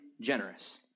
generous